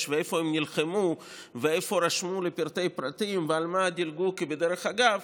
ואיפה הם נלחמו ואיפה רשמו לפרטי פרטים ועל מה דילגו כבדרך אגב,